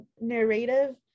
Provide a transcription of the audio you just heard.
narrative